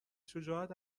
شجاعت